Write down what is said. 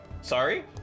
Sorry